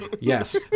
yes